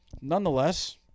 Nonetheless